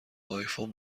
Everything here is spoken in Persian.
آیفون